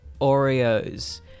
Oreos